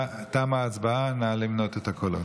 תמה ההצבעה, נא למנות את הקולות.